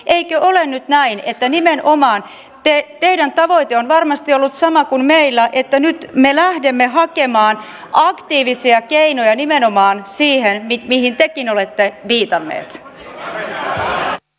eikö ole nyt näin että nimenomaan teidän tavoitteenne on varmasti ollut sama kuin meillä että nyt me lähdemme hakemaan aktiivisia keinoja nimenomaan siihen mihin tekin olette vita metsä ä t